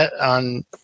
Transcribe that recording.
on